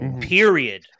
period